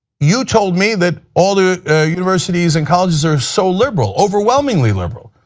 you told me that all the universities and colleges are so liberal overwhelmingly liberal.